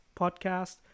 podcast